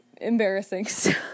embarrassing